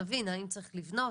שנבין האם צריך לבנות,